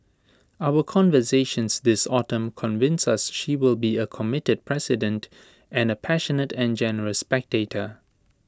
our conversations this autumn convince us she will be A committed president and A passionate and generous spectator